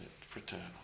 fraternal